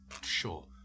Sure